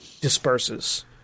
disperses